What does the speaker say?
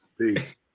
Peace